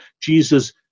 Jesus